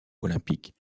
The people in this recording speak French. olympique